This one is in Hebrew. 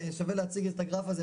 שווה להציג את הגרף הזה,